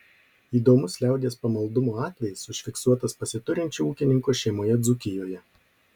įdomus liaudies pamaldumo atvejis užfiksuotas pasiturinčio ūkininko šeimoje dzūkijoje